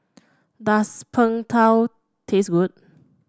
does Png Tao taste good